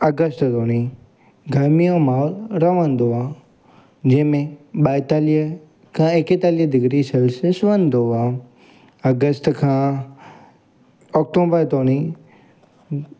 अगस्त ताईं गरमीअ जो माहौलु रहंदो आहे जंहिं में ॿाएतालीह खां एकेतालीह डिग्री सेल्सियसि रहंदो आहे अगस्त खां ऑक्टूबर ताईं